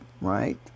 Right